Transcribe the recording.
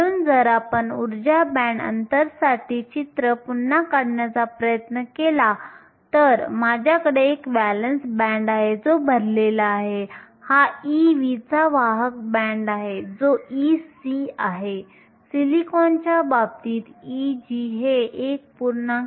म्हणून जर आपण ऊर्जा बँड अंतरसाठी चित्र पुन्हा काढण्याचा प्रयत्न केला तर माझ्याकडे एक व्हॅलेन्स बँड आहे जो भरलेला आहे हा Ev चा वाहक बँड आहे जो Ec आहे सिलिकॉनच्या बाबतीत Eg हे 1